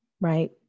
right